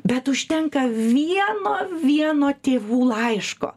bet užtenka vieno vieno tėvų laiško